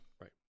Right